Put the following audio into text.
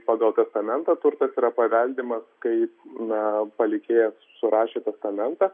pagal testamentą turtas yra paveldimas kai na palikėjas surašė testamentą